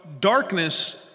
Darkness